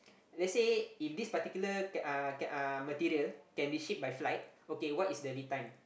let's say if this particular can uh can uh material can be ship by flight okay what is the lead time